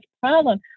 problem